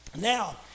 Now